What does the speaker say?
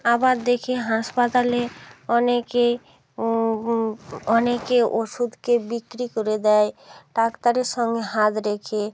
আবার দেখি হাসপাতালে অনেকে অনেকে ওষুধকে বিক্রি করে দেয় ডাক্তারের সঙ্গে হাত রেখে